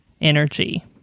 energy